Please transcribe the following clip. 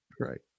right